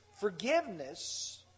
forgiveness